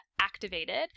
Activated